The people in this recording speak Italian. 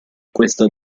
questa